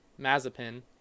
Mazepin